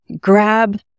grab